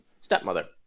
stepmother